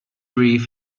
reef